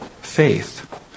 faith